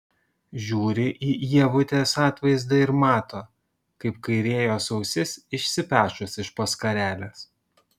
žiūri į ievutės atvaizdą ir mato kaip kairė jos ausis išsipešus iš po skarelės